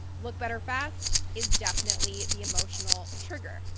look better fast, is definitely the emotional trigger.